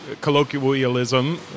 colloquialism